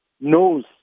knows